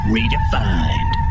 Redefined